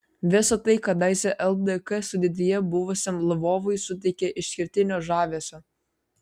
visa tai kadaise ldk sudėtyje buvusiam lvovui suteikia išskirtinio žavesio